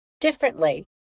differently